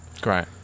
Great